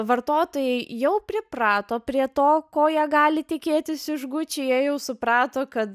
vartotojai jau priprato prie to ko jie gali tikėtis iš gucci jie jau suprato kad